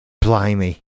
Blimey